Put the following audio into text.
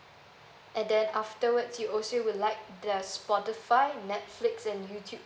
and then afterwards you also would like the spotify netflix and youtube